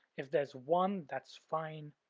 if there's one, that's fine,